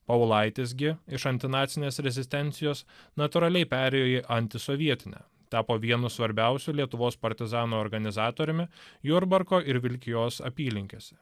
povilaitis gi iš antinacinės rezistencijos natūraliai perėjo į antisovietinę tapo vienu svarbiausių lietuvos partizanų organizatoriumi jurbarko ir vilkijos apylinkėse